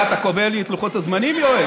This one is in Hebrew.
מה, אתה קובע לי את לוחות הזמנים, יואל?